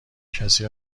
کسی